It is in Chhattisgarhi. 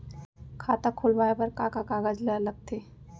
खाता खोलवाये बर का का कागज ल लगथे?